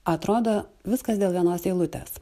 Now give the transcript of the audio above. atrodo viskas dėl vienos eilutės